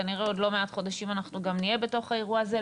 כנראה לא למעט חודשים אנחנו גם נהיה באירוע הזה,